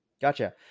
Gotcha